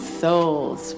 souls